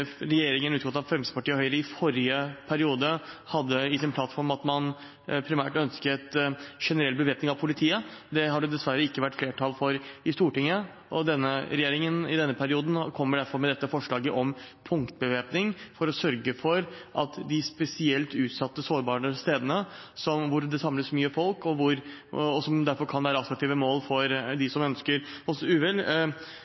regjeringen utgått av Fremskrittspartiet og Høyre i forrige periode hadde i sin plattform at man primært ønsket generell bevæpning av politiet. Det har det dessverre ikke vært flertall for i Stortinget. I denne perioden kommer derfor denne regjeringen med forslaget om punktbevæpning for å sørge for at politiet på de spesielt utsatte og sårbare stedene hvor det samles mye folk, og som derfor kan være attraktive mål for